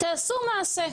תעשו מעשה,